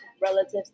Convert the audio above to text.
relatives